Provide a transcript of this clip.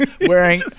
wearing